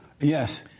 Yes